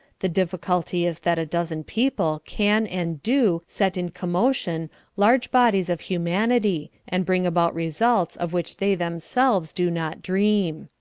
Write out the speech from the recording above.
the difficulty is that a dozen people can and do set in commotion large bodies of humanity, and bring about results of which they themselves do not dream.